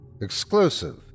exclusive